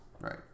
right